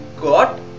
got